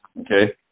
okay